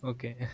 Okay